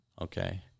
Okay